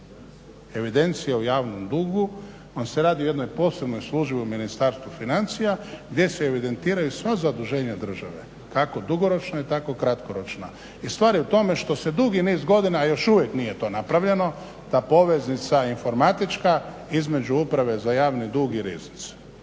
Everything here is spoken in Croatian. Evidencija o javnom dugu vam se radi u jednoj posebnoj službi u Ministarstvu financija gdje se evidentiraju sva zaduženja države, kako dugoročna tako i kratkoročna. I stvar je u tome što se dugi niz godina, a još uvijek nije to napravljeno, ta poveznica informatička između Uprave za javni dug i Riznice.